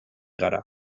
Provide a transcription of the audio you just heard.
gara